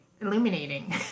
illuminating